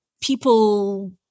people